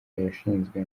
yashinzwe